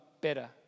better